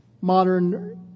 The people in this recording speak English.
Modern